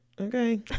Okay